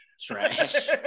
trash